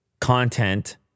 content